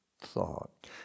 thought